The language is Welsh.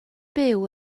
byw